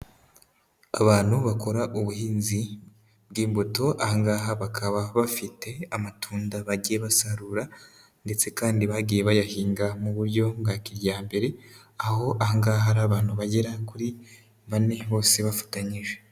Abantu bakora ubuhinzi bw'imbuto aha ngaha bakaba bafite amatunda bagiye basarura ndetse kandi bagiye bayahinga mu buryo bwa kijyambere, aho aha ngaha hari abantu bagera kuri bane bose bafatanyije.